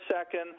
second